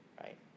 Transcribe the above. right